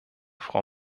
frau